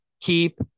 keep